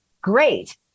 Great